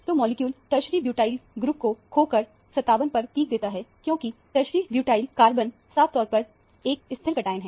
तो molecule tertiary butyl group को खो कर 57 पर पिक देता है क्योंकि टरसरी ब्यूटाइल कटआयन साफ तौर पर एक स्थिर कटआयन है